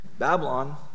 Babylon